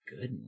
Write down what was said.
good